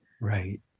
Right